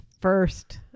first